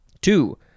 Two